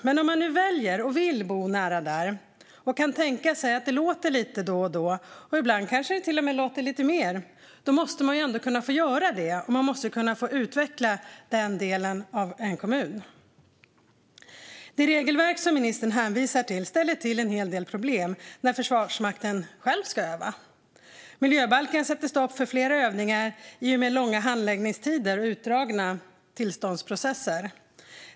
Men om man väljer och vill bo nära där, om man kan tänka sig det låter lite då och då, och ibland kanske det låter lite mer, måste man ändå kunna få göra det. Man måste kunna få utveckla den delen av en kommun. Det regelverk som ministern hänvisar till ställer till en hel del problem när Försvarsmakten själv ska öva. Miljöbalken sätter stopp för flera övningar i och med långa handlingstider och utdragna tillståndsprocesser.